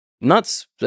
nuts